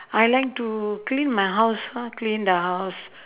I like to clean my house ah clean the house